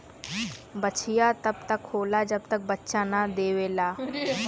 बछिया तब तक होला जब तक बच्चा न देवेला